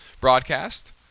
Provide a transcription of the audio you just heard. broadcast